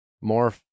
more